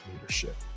leadership